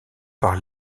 par